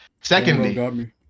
Secondly